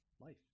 life